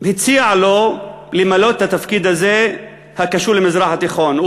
הציע לו למלא את התפקיד הזה הקשור למזרח התיכון.